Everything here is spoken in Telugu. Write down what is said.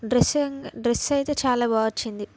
డ్రస్ డ్రస్ అయితే చాలా బాగా వచ్చింది